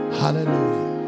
hallelujah